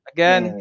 Again